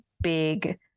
big